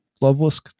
loveless